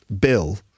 bill